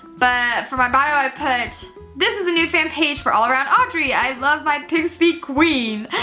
but for my bio i put this is a new fan page for allaroundaudrey. i love my pigs feet queen,